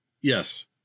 Yes